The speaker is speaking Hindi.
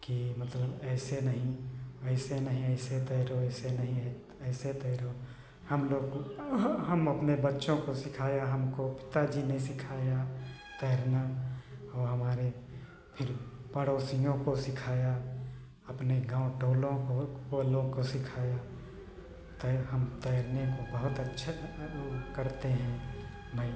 कि मतलब ऐसे नहीं ऐसे नहीं ऐसे तैरो वैसे नहीं है ऐसे तैरो हम लोग को हम अपने बच्चों को सिखाया हमको पिता जी ने सिखाया तैरना और हमारे फिर पड़ोसियों को सिखाया अपने गाँव टोलों मुहल्लों को सिखाया तैर हम तैरने को बहुत अच्छे वो करते हैं मैं